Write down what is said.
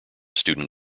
student